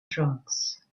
drugs